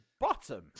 Bottom